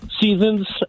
seasons